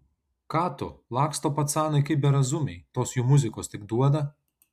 ką tu laksto pacanai kaip berazumiai tos jų muzikos tik duoda